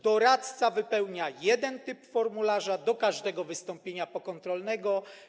Doradca wypełnia jeden typ formularza przypisany do każdego wystąpienia pokontrolnego.